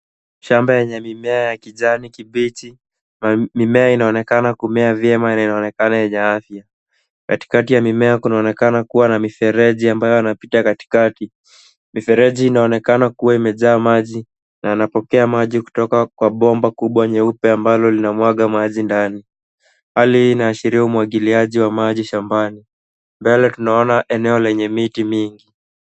Shamba yenye mimea ya kijani kibichi. Mimea inaonekana kumea vyema na inaonekana yenye afya. Katikati ya mimea kunaonekana kuwa na mifereji ambayo inapita katikati. Mifereji hiii inaonekana kuwa imejaa maji na yanapokea maji kutoka kwa bomba kubwa nyeupe ambalo lina mwaga maji ndani. Hali hii inaashiria umwagiliaji wa maji shambani. Mbele tunaona eneo lenye miti mingi.